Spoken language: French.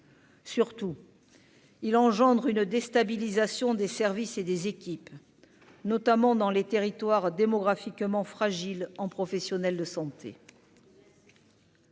Surtout, il engendre une déstabilisation des services et des équipes, notamment dans les territoires démographiquement fragiles en professionnel de santé.